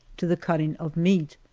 to the cutting of meat.